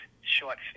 short